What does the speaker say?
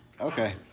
Okay